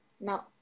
now